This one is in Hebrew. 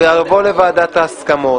הוא יבוא לוועדת ההסכמות.